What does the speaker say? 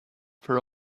for